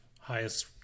highest